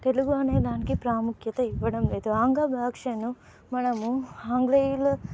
తెలుగు అనేదానికి ప్రాముఖ్యత ఇవ్వడం లేదు అంగ్ల భాషను మనము ఆంగ్లేయుల